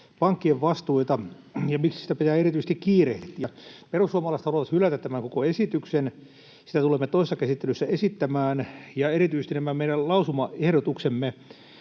pankkien vastuita, ja miksi sitä pitää erityisesti kiirehtiä? Perussuomalaiset haluavat hylätä tämän koko esityksen. Sitä tulemme toisessa käsittelyssä esittämään, ja erityisesti nämä meidän lausumaehdotuksemme